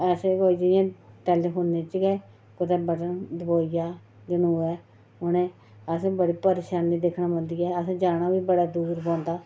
ऐसी कोई जि'यां टेलीफोनै च गै कुतै बटन दबोई जा जनोए उ'नें असें बड़ी परेशानी दिक्खनी पौंदी ऐ असें जाना बी बड़ा दूर पौंदा